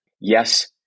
yes